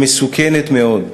היא מסוכנת מאוד.